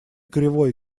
кривой